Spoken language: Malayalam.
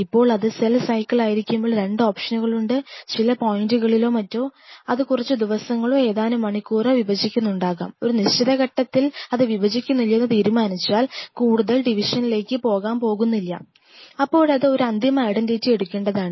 ഇപ്പോൾ അത് സെൽ സൈക്കിൾ ആയിരിക്കുമ്പോൾ 2 ഓപ്ഷനുകളുണ്ട് ചില പോയിന്റുകളിലോ മറ്റോ അത് കുറച്ച് ദിവസങ്ങളോ ഏതാനും മണിക്കൂറോ വിഭജിക്കുന്നുണ്ടാകാം ഒരു നിശ്ചിത ഘട്ടത്തിൽ വിഭജിക്കുന്നില്ലെന്ന് തീരുമാനിച്ചാൽ അത് കൂടുതൽ ഡിവിഷനിലേക്ക് പോകാൻ പോകുന്നില്ല അപ്പോഴത് ഒരു അന്തിമ ഐഡന്റിറ്റി എടുക്കേണ്ടതാണ്